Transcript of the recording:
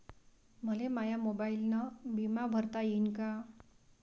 मले माया मोबाईलनं बिमा भरता येईन का?